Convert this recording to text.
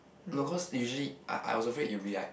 no cause usually I I was afraid you be like